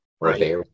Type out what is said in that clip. Right